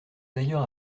d’ailleurs